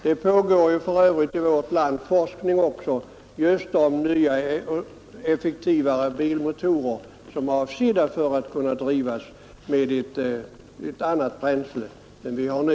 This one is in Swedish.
Det pågår för övrigt i vårt land forskning också om nya effektivare bilmotorer, avsedda att drivas med ett annat bränsle än det vi har nu.